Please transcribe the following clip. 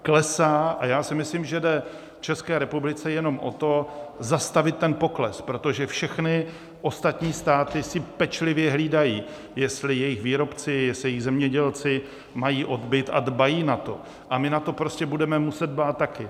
Klesá a já si myslím, že jde České republice jenom o to, zastavit ten pokles, protože všechny ostatní státy si pečlivě hlídají, jestli jejich výrobci, jestli jejich zemědělci mají odbyt, a dbají na to, a my na to prostě budeme muset dbát také.